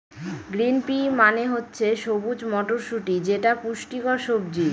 green pea মানে হচ্ছে সবুজ মটরশুটি যেটা পুষ্টিকর সবজি